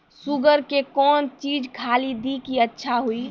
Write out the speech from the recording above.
Sugar के कौन चीज खाली दी कि अच्छा हुए?